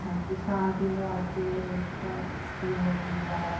ਹਾਂਜੀ ਖਾਣ ਪੀਣ ਵਾਸਤੇ ਕੋ ਕੋਈ ਹੋਟਲ ਵਗੈਰਾ